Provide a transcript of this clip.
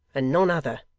and none other.